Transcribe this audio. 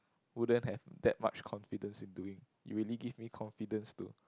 wouldn't have that much confidence in doing you really give me confidence to